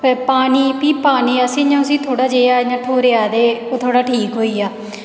फिर पानी फ्ही पानी असें उसी इयां थोह्ड़ा जेहा इ'या ठ्होरेआ ते ओह् थोह्ड़ा ठीक होई गेआ